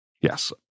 Yes